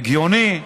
הגיוני.